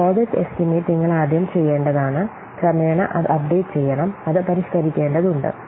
project estimate നിങ്ങൾ ആദ്യം ചെയ്യേണ്ടതാണ് ക്രമേണ അത് അപ്ഡേറ്റ് ചെയ്യണം അത് പരിഷ്കരിക്കേണ്ടതുണ്ട്